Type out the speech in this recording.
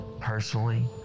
personally